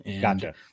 Gotcha